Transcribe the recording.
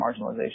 marginalization